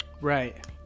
right